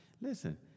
Listen